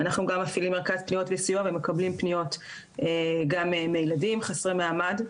אנחנו גם מפעילים מרכז פניות וסיוע ומקבלים פניות גם מילדים חסרי מעמד.